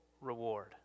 reward